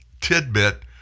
tidbit